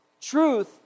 truth